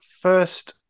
first